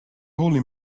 holy